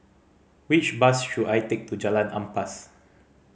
which bus should I take to Jalan Ampas